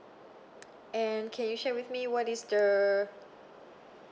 and can you share with me what is the